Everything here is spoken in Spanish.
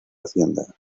hacienda